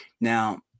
Now